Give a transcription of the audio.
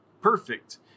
perfect